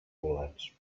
bolets